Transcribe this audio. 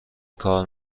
کار